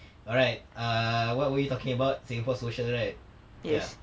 alright err what were we talking about singapore social right ya